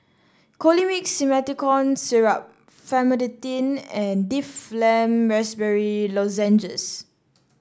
Colimix Simethicone Syrup Famotidine and Difflam Raspberry Lozenges